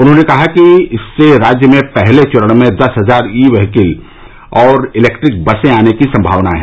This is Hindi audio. उन्होंने कहा कि इससे राज्य में पहले चरण में दस हजार ई क्वीकल और इलेक्ट्रिक बसे आने की संभावना है